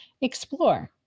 explore